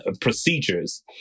procedures